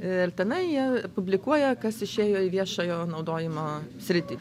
ir tenai jie publikuoja kas išėjo į viešojo naudojimo sritį